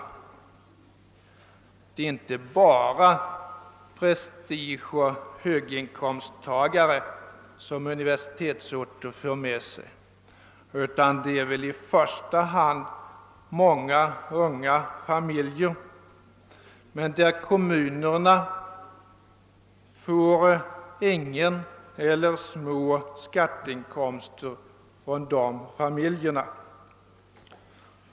Att vara universitetsort medför inte bara prestige och höginkomsttagare, fru Odhnoff; i första hand får en universitetsort många unga familjer, och kommunerna får ingen eller liten skatteinkomst från dessa.